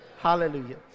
Hallelujah